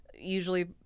usually